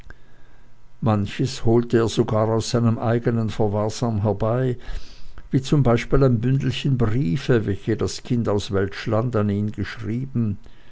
manches holte er sogar aus seinem eigenen verwahrsam herbei wie zum beispiel ein bündelchen briefe welche das kind aus welschland an ihn geschrieben